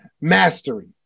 Mastery